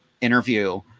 interview